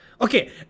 Okay